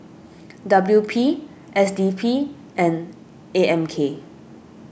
W P S D P and A M K